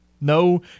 No